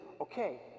okay